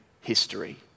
history